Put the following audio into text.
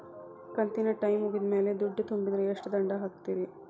ಕಂತಿನ ಟೈಮ್ ಮುಗಿದ ಮ್ಯಾಲ್ ದುಡ್ಡು ತುಂಬಿದ್ರ, ಎಷ್ಟ ದಂಡ ಹಾಕ್ತೇರಿ?